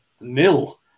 Nil